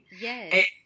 Yes